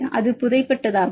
அது புதை பட்டதாகும்